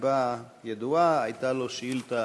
הסיבה ידועה, הייתה לו שאילתה